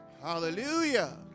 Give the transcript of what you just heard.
Hallelujah